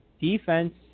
defense